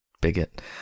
bigot